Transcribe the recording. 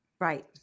Right